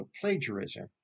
plagiarism